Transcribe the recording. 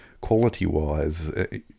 quality-wise